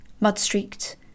mud-streaked